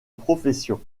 profession